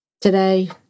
Today